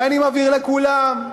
ואני מבהיר לכולם: